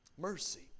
Mercy